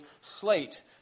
slate